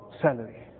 salary